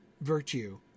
virtue